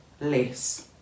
less